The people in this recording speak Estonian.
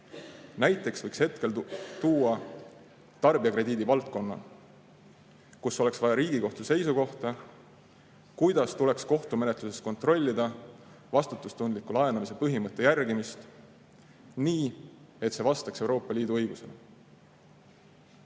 Näiteks võiks tuua tarbijakrediidi valdkonna, kus oleks vaja Riigikohtu seisukohta, kuidas tuleks kohtumenetluses kontrollida vastutustundliku laenamise põhimõtte järgimist nii, et see vastaks Euroopa Liidu